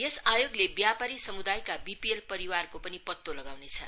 यस आयोगले व्यापारी समुदायका बिपिएल परिवारको पनि पत्तो लगाउनेछ